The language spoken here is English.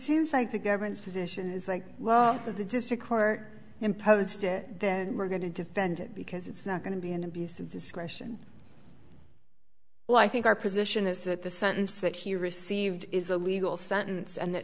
seems like the government's position is like well of the district court imposed it then we're going to defend it because it's not going to be an abuse of discretion well i think our position is that the sentence that he received is a legal sentence and th